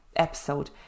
episode